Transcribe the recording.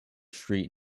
street